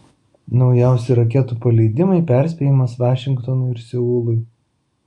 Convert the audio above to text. naujausi raketų paleidimai perspėjimas vašingtonui ir seului